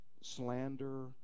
slander